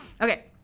Okay